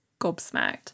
gobsmacked